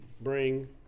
bring